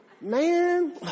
man